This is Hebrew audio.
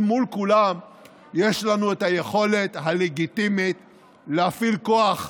אל מול כולם יש לנו את היכולת הלגיטימית להפעיל כוח,